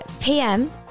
PM